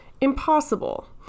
impossible